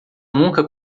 nunca